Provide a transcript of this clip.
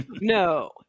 No